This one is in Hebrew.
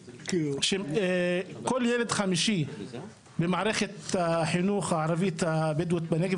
שכל ילד חמישי במערכת החינוך הערבית-הבדואית בנגב,